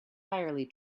entirely